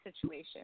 situation